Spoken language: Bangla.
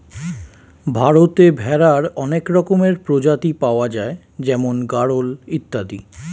ভারতে ভেড়ার অনেক রকমের প্রজাতি পাওয়া যায় যেমন গাড়ল ইত্যাদি